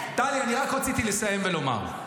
--- טלי, אני רק רציתי לסיים ולומר.